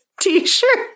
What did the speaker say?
t-shirt